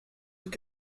tout